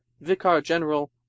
vicar-general